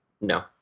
No